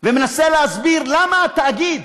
את כולם,